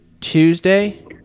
Tuesday